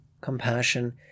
compassion